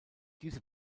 diese